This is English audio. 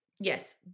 Yes